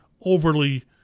overly